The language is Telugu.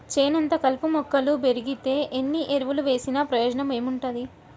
చేనంతా కలుపు మొక్కలు బెరిగితే ఎన్ని ఎరువులు వేసినా ప్రయోజనం ఏముంటది